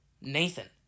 Nathan